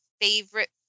favorite